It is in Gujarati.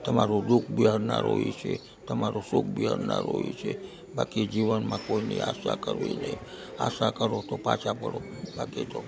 તમારું દુખ બી હરનારો એ છે તમારું સુખ બી હરનારો એ છે બાકી જીવનમાં કોઇની આશા કરવી નહીં આશા કરો તો પાછા પડો બાકી તો